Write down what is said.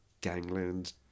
gangland